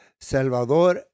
Salvador